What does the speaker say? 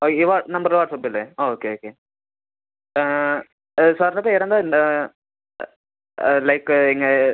ആ ഈ വാ നമ്പറ് വാട്ട്സപ്പല്ലെ ആ ഓക്കെ ഓക്കെ സാർൻ്റെ പേരെന്താണ് ഉണ്ടോ ലൈക്ക് ഇങ്ങേ